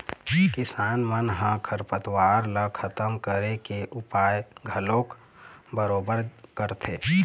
किसान मन ह खरपतवार ल खतम करे के उपाय घलोक बरोबर करथे